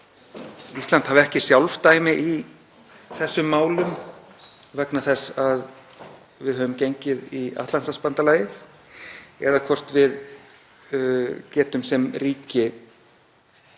Ísland hafi ekki sjálfdæmi í þessum málum vegna þess að við höfum gengið í Atlantshafsbandalagið, eða hvort við getum sem ríki